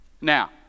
Now